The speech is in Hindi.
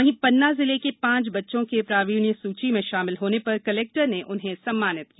वहीं पन्ना जिले के पांच बच्चों के प्रावीण्य सूची में शामिल होने पर कलेक्टर ने उन्हें सम्मानित किया